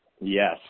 Yes